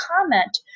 comment